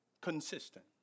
consistent